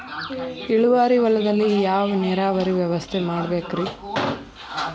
ಇಳುವಾರಿ ಹೊಲದಲ್ಲಿ ಯಾವ ನೇರಾವರಿ ವ್ಯವಸ್ಥೆ ಮಾಡಬೇಕ್ ರೇ?